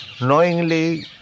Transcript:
Knowingly